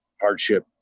hardship